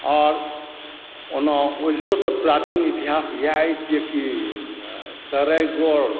आओर ओना ओहियोसँ प्राचीन इतिहास इएह अछि जे कि सरईगोड़